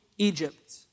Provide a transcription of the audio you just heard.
Egypt